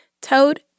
Toad